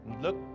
Look